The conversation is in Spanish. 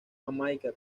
jamaica